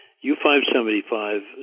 U-575